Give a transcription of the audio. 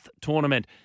tournament